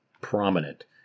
prominent